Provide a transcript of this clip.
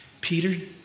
Peter